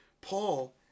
Paul